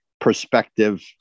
perspective